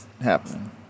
happening